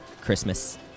Christmas